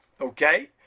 okay